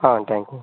ah thank you